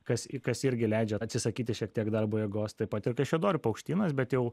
kas į kas irgi leidžia atsisakyti šiek tiek darbo jėgos taip pat ir kaišiadorių paukštynas bet jau